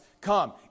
Come